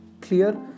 clear